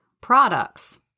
products